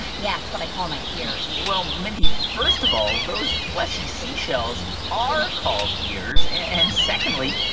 yeah, that's what i call my ears well, mindy, first of all, those fleshy seashells are called ears. and secondly,